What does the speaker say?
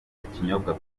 ikinyobwa